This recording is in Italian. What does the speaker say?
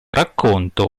racconto